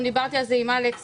דיברתי על זה גם עם אלכס.